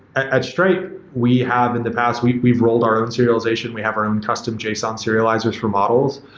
at stripe, we have in the past we've we've rolled our own serialization. we have our own custom json serializers for models.